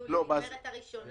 ביולי נגמרת הפעימה הראשונה.